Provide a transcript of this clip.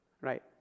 right